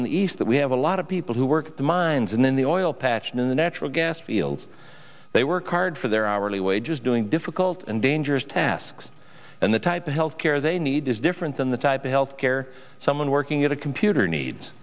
in the east that we have a lot of people who work at the mines and in the oil patch in the natural gas fields they work hard for their hourly wages doing difficult and dangerous tasks and the type of healthcare they need is different than the type of healthcare someone working at a computer needs